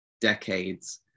decades